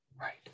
right